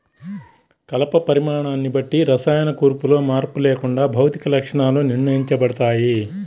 కలప పరిమాణాన్ని బట్టి రసాయన కూర్పులో మార్పు లేకుండా భౌతిక లక్షణాలు నిర్ణయించబడతాయి